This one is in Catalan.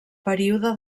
període